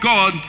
God